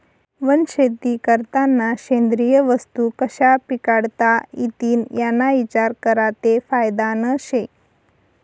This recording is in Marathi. वनशेती करतांना सेंद्रिय वस्तू कशा पिकाडता इतीन याना इचार करा ते फायदानं शे